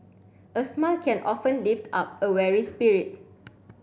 a smile can often lift up a weary spirit